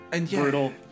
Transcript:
brutal